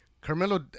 Carmelo